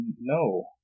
no